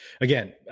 Again